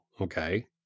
Okay